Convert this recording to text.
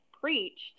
preached